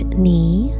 knee